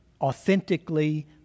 authentically